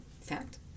fact